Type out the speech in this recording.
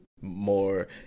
more